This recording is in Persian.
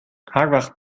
هروقت